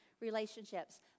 relationships